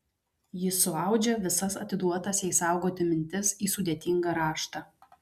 jis suaudžia visas atiduotas jai saugoti mintis į sudėtingą raštą